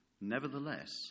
Nevertheless